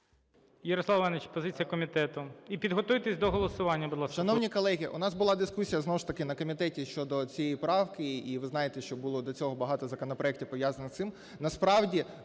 Ярослав Іванович, позиція комітету. І підготуйтесь до голосування, будь ласка.